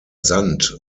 sand